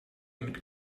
mit